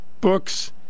books